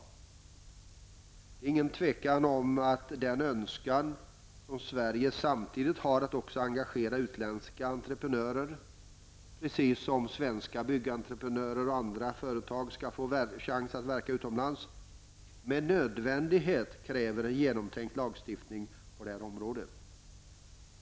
Det råder inget tvivel om att den önskan som Sverige samtidigt har att också engagera utländska entreprenörer -- precis som svenska byggentreprenörer och andra företag skall få chans att verka utomlands -- med nödvändighet kräver en genomtänkt lagstiftning på det här området.